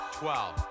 twelve